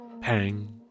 Pang